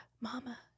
Mama